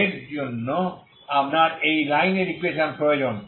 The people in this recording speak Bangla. এজন্য আপনার এই লাইনের ইকুয়েশন প্রয়োজন